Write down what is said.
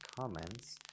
comments